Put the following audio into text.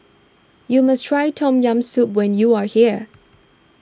you must try Tom Yam Soup when you are here